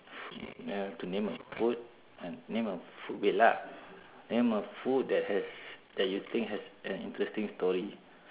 have to name a food and name a wait lah name a food that has that you think has an interesting story